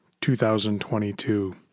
2022